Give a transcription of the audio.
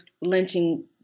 lynching